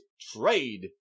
trade